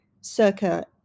circa